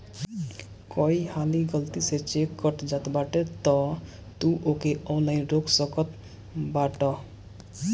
कई हाली गलती से चेक कट जात बाटे तअ तू ओके ऑनलाइन रोक सकत बाटअ